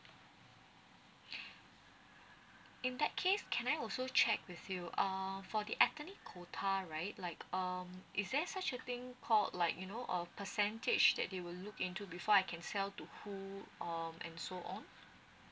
in that case can I also check with you uh for the ethnic quota right like um is there such a thing called like you know uh percentage that you will look into before I can sell to who or and so on